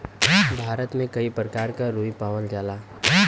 भारत में कई परकार क रुई पावल जाला